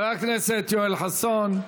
חבר הכנסת יואל חסון,